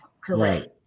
Correct